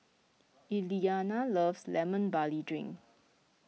Elianna loves Lemon Barley Drink